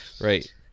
Right